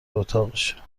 اتاقشه